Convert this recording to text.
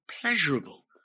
pleasurable